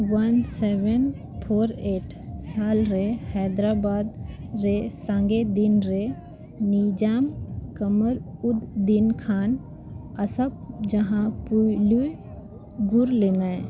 one seven four eight ᱥᱟᱞᱨᱮ ᱦᱟᱭᱫᱨᱟᱵᱟᱫᱽ ᱨᱮ ᱥᱟᱸᱜᱮ ᱫᱤᱱᱨᱮ ᱱᱤᱡᱟᱢ ᱠᱚᱢᱚᱨ ᱩᱫᱽᱫᱤᱱ ᱠᱷᱟᱱ ᱟᱥᱚᱯᱷ ᱡᱟᱦ ᱯᱳᱭᱞᱳᱭ ᱜᱩᱨ ᱞᱮᱱᱟ